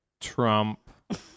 Trump